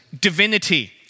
divinity